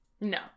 No